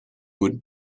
would